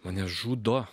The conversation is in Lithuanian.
mane žudo